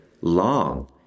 long